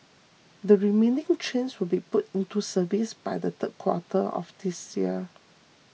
the remaining trains will be put into service by the third quarter of this year